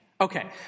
Okay